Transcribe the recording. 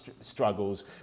struggles